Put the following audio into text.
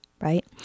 right